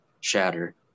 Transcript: shatter